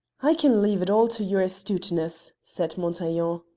i can leave it all to your astuteness, said montaiglon.